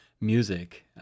music